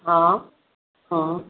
હં હં